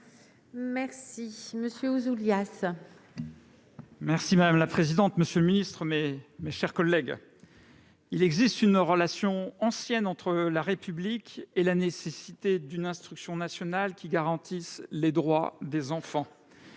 est à M. Pierre Ouzoulias, pour explication de vote. Monsieur le ministre, mes chers collègues, il existe une relation ancienne entre la République et la nécessité d'une instruction nationale qui garantisse les droits des enfants.